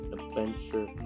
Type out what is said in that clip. Adventure